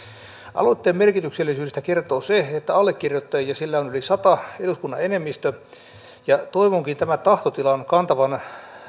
aloitteen merkityksellisyydestä kertoo se että allekirjoittajia sillä on yli sata eduskunnan enemmistö ja toivonkin tämän tahtotilan kantavan